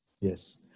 Yes